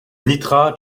netra